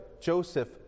Joseph